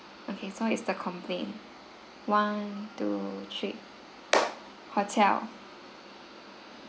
okay so it's the complain one two three hotel